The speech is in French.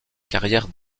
carrière